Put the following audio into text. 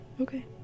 Okay